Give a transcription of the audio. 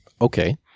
okay